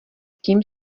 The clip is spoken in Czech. tím